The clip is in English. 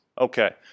Okay